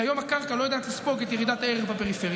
כי היום הקרקע לא יודעת לספוג את ירידת הערך בפריפריה,